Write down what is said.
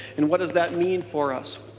and what does that mean for us?